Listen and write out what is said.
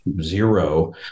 zero